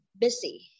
busy